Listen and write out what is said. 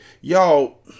Y'all